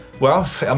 well, um